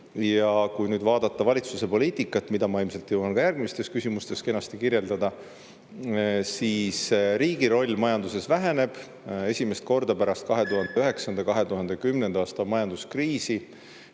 Ja kui nüüd vaadata valitsuse poliitikat, mida ma ilmselt jõuan ka järgmistes küsimustes kenasti kirjeldada, siis riigi roll majanduses väheneb esimest korda pärast 2009. ja 2010. aasta majanduskriisi.